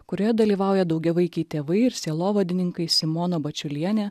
kurioje dalyvauja daugiavaikiai tėvai ir sielovadininkai simona bačiulienė